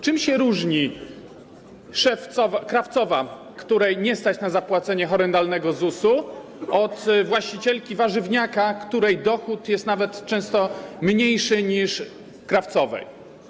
Czym się różni krawcowa, której nie stać na zapłacenie horrendalnego ZUS-u, od właścicielki warzywniaka, której dochód jest nawet często mniejszy niż krawcowej?